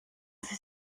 sie